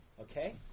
okay